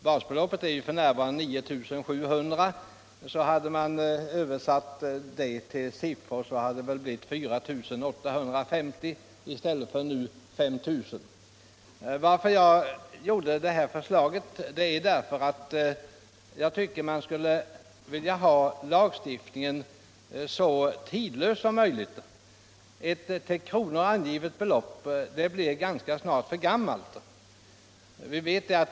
Basbeloppet är ju f.n. 9 700 kr., och hade man översatt ”ett halvt basbelopp” till siffror, så hade det blivit 4 850 i stället för 5 000 kr. Anledningen till att jag väckte detta förslag är att jag tycker att lagstiftningen skall vara så tidlös som möjligt. Ett i kronor angivet belopp blir ganska snart för gammalt.